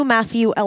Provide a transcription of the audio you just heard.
Matthew